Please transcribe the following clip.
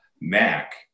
Mac